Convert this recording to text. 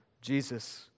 Jesus